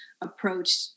approach